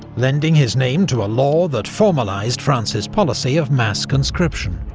lending his name to a law that formalised france's policy of mass conscription.